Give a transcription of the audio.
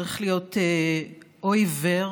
צריך להיות או עיוור